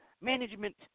management